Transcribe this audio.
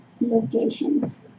Locations